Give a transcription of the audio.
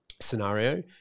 scenario